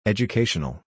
Educational